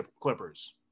Clippers